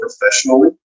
professionally